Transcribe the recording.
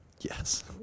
Yes